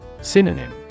Synonym